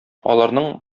аларның